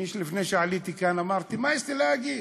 לפני שעליתי לכאן אמרתי: מה יש לי להגיד,